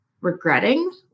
regretting